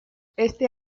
este